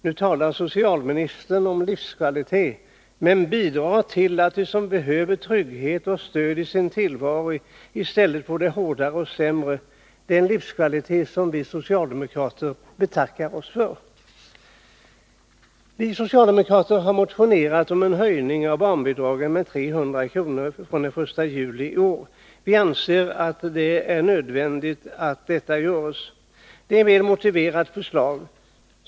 Nu talar socialministern om livskvalitet, men bidrar till att de som behöver trygghet och stöd i sin tillvaro i stället får det hårdare och sämre. Det är en livskvalitet som vi socialdemokrater betackar oss för. Vi socialdemokrater har motionerat om en höjning av barnbidraget med 300 kr. från den 1 juli i år. Vi anser att en höjning är nödvändig. Förslaget är väl motiverat.